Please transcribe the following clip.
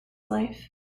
life